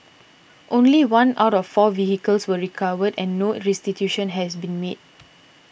only one out of four vehicles was recovered and no restitution has been made